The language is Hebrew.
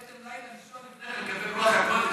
לילה לישון לפני כן לקבל רוח הקודש.